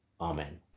Amen